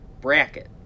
bracket